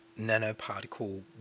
nanoparticle